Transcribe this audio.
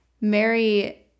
Mary